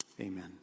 Amen